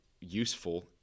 useful